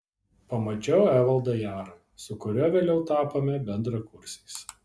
pamačiau evaldą jarą su kuriuo vėliau tapome bendrakursiais